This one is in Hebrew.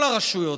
כל הרשויות,